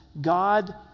God